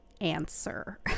answer